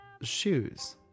shoes